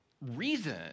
reason